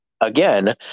again